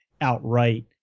outright